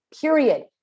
period